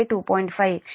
5 క్షమించండి 0